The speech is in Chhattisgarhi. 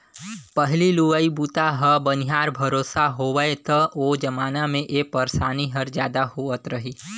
पहिली लुवई बूता ह बनिहार भरोसा होवय त ओ जमाना मे ए परसानी हर जादा होवत रही